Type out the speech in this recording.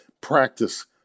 practice